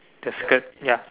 the skirt ya